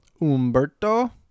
Umberto